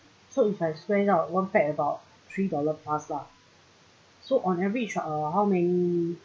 so if I spread it out one pax about three dollar plus lah so on average uh how many